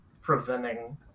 preventing